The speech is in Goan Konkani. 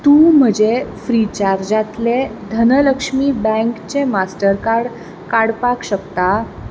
तूं म्हजें फ्रिचार्जांतलें धनलक्ष्मी बँकचें मास्टरकार्ड काडपाक शकता